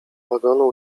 wagonu